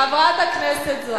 חברת הכנסת זוארץ.